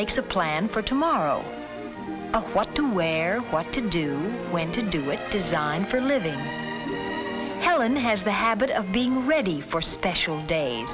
makes a plan for tomorrow on what to wear what to do when to do with design for living helen has the habit of being ready for special days